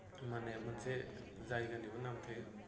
माने मोनसे जायगानिबो नाम थायो